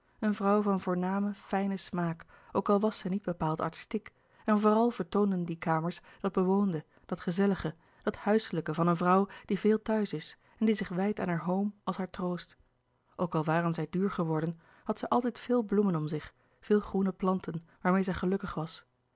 een vrouw van voornamen fijnen smaak ook al was zij niet bepaald artistiek en vooral vertoonden die kamers dat bewoonde dat gezellige dat huiselijke van een vrouw die veel thuis is en die zich wijdt aan haar home als haar troost ook al waren zij duur geworden had zij altijd veel bloemen om zich veel groene planten waarmeê zij gelukkig was